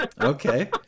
Okay